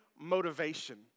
motivation